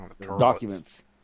Documents